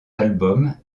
albums